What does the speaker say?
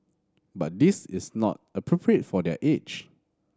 but this is not appropriate for their age